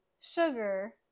sugar